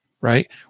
right